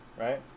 right